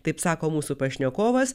taip sako mūsų pašnekovas